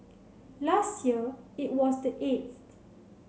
last year it was the eighth